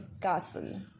castle